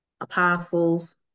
apostles